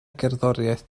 gerddoriaeth